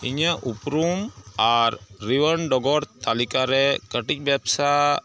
ᱤᱧᱟᱹᱜ ᱩᱯᱨᱩᱢ ᱟᱨ ᱯᱚᱨᱤᱢᱟᱱ ᱰᱚᱜᱚᱨ ᱛᱟ ᱞᱤᱠᱟᱨᱮ ᱠᱟᱹᱴᱤᱡ ᱵᱮᱵᱥᱟ